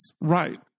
Right